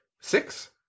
six